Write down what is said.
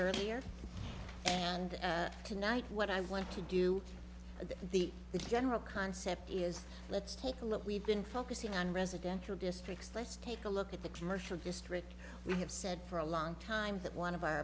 earlier and tonight what i want to do the general concept is let's take a look we've been focusing on residential district let's take a look at the commercial district we have said for a long time that one of our